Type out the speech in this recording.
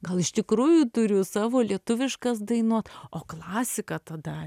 gal iš tikrųjų turiu savo lietuviškas dainuot o klasika tada